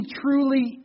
truly